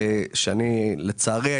לצערי,